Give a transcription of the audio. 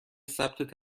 ثبت